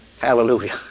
Hallelujah